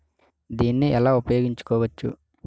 దీన్ని ఎలా ఉపయోగించు కోవచ్చు?